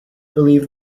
believe